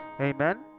Amen